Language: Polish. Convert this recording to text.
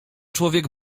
człowiek